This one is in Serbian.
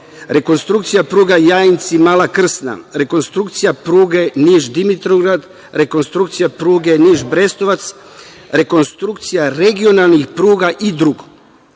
rekonstrukcija pruga Jajinci – Mala Krsna, rekonstrukcija pruge Niš – Dimitrovgrad, rekonstrukcija pruge Niš – Brestovac, rekonstrukcija regionalnih pruga i drugo.U